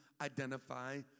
identify